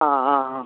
ആ ആ ആ